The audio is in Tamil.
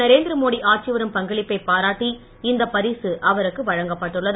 நரேந்திரமோடி ஆற்றி வரும் பங்களிப்பை பாராட்டி இந்த பரிசு அவரக்கு வழங்கப்பட்டுள்ளது